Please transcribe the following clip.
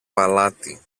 παλάτι